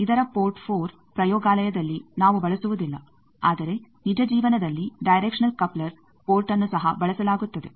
ಇದರ ಪೋರ್ಟ್ 4 ಪ್ರಯೋಗಾಲಯದಲ್ಲಿ ನಾವು ಬಳಸುವುದಿಲ್ಲ ಆದರೆ ನಿಜ ಜೀವನದಲ್ಲಿ ಡೈರೆಕ್ಷನಲ್ ಕಪ್ಲರ್ ಪೋರ್ಟ್ ಅನ್ನು ಸಹ ಬಳಸಲಾಗುತ್ತದೆ